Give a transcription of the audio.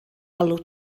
alw